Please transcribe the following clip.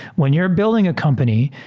when you're building a company,